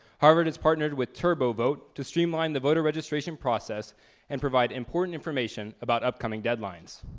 harvard has partnered with turbovote to streamline the voter registration process and provide important information about upcoming deadlines.